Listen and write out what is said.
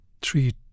three